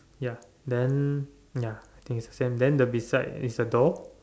ya then ya I think is the same then the beside is a door